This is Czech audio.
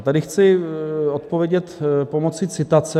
Tady chci odpovědět pomoci citace.